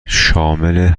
شامل